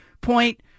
point